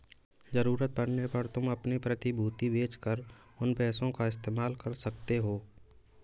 ज़रूरत पड़ने पर तुम अपनी प्रतिभूति बेच कर उन पैसों का इस्तेमाल कर सकते हो